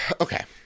okay